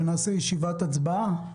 ונעשה ישיבת הצבעה.